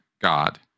god